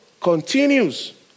continues